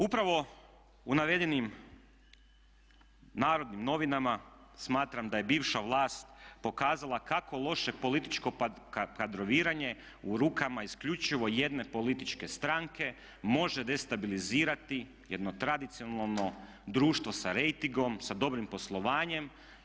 Upravo u navedenim Narodnim novinama smatram da je bivša vlast pokazala kako loše političko kadroviranje u rukama isključivo jedne političke stranke može destabilizirati jedno tradicionalno društvo sa rejtingom, sa dobrim poslovanjem.